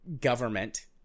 government